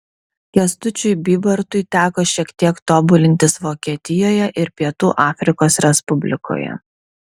kęstučiui bybartui teko šiek tiek tobulintis vokietijoje ir pietų afrikos respublikoje